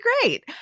great